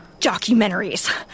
documentaries